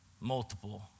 multiple